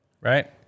right